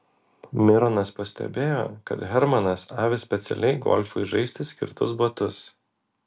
mironas pastebėjo kad hermanas avi specialiai golfui žaisti skirtus batus